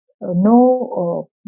no